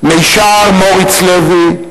מישר מוריץ לוי,